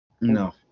No